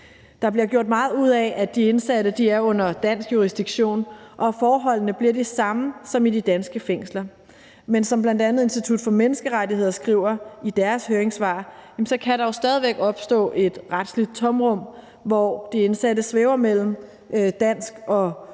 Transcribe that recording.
Der bliver gjort meget ud af, at de indsatte er under dansk jurisdiktion, og at forholdene bliver de samme som i de danske fængsler. Men som bl.a. Institut for Menneskerettigheder skriver i deres høringssvar, kan der jo stadig væk opstå et retsligt tomrum, hvor de indsatte svæver mellem Danmarks og